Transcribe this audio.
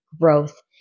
growth